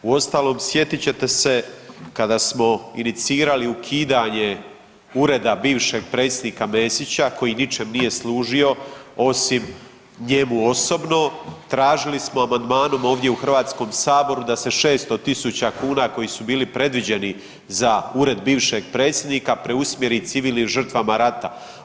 Uostalom, sjetit ćete se kada smo inicirali ukidanje ureda bivšeg predsjednika Mesića koji ničem nije služio osim njemu osobno, tražili smo amandmanom ovdje u HS-u da se 600 tisuća kuna, koji su bili predviđeni za ured bivšeg predsjednika preusmjeri civilnim žrtvama rata.